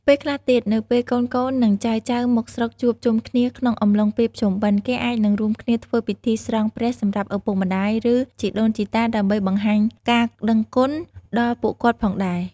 ពេលខ្លះទៀត នៅពេលកូនៗនិងចៅៗមកស្រុកជួបជុំគ្នាក្នុងអំឡុងពេលភ្ជុំបិណ្ឌ គេអាចនឹងរួមគ្នាធ្វើពិធីស្រង់ព្រះសម្រាប់ឪពុកម្ដាយ ឬ ជីដូនជីតាដើម្បីនបង្ហាញការដឹងគុណដល់ពួកគាត់ផងដែរ។